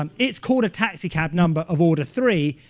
um it's called a taxicab number of order three,